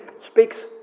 Speaks